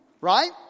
Right